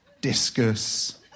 discus